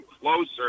closer